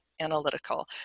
Analytical